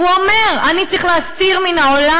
הוא אומר חד וחלק: אני צריך להסתיר מהעולם